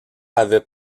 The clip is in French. avait